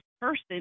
person